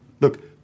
Look